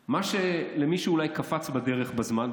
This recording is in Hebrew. מה שלמישהו אולי קפץ בדרך בזמן,